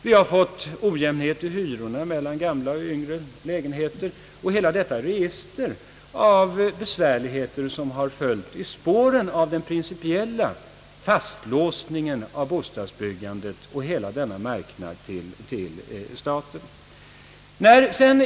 Vi har fått en ojämnhet i hyressättningen mellan äldre och nyare lägenheter och ett helt register av besvärligheter i spåren av den principiella fastlåsningen av bostadsbyggandet och av hela denna marknad till staten.